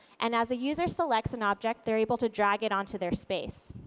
and as a user selects an object, they're able to drag it on to their space.